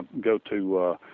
go-to